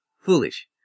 foolish